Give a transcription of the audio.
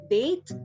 date